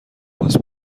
باس